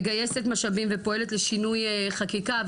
מגייסת משאבים ופועלת לשינוי חקיקה,